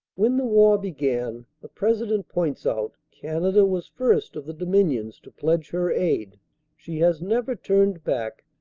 when the war began, the president points out, canada was first of the dominions to pledge her aid she has never turned back,